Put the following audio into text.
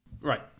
Right